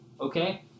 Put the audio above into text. okay